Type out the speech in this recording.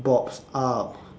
box up